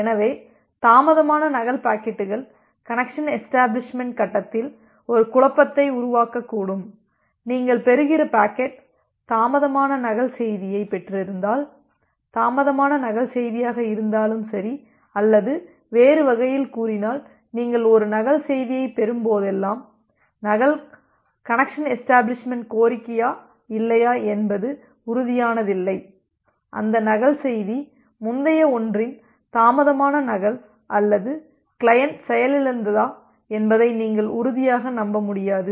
எனவே தாமதமான நகல் பாக்கெட்டுகள் கனெக்சன் எஷ்டபிளிஷ்மெண்ட் கட்டத்தில் ஒரு குழப்பத்தை உருவாக்கக்கூடும் நீங்கள் பெறுகிற பாக்கெட் தாமதமான நகல் செய்தியைப் பெற்றிருந்தால் தாமதமான நகல் செய்தியாக இருந்தாலும் சரி அல்லது வேறுவகையில் கூறினால் நீங்கள் ஒரு நகல் செய்தியைப் பெறும்போதெல்லாம் நகல் கனெக்சன் எஷ்டபிளிஷ்மெண்ட் கோரிக்கையா இல்லையா என்பது உறுதியானதில்லை அந்த நகல் செய்தி முந்தைய ஒன்றின் தாமதமான நகல் அல்லது கிளையன்ட் செயலிழந்ததா என்பதை நீங்கள் உறுதியாக நம்ப முடியாது